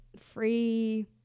free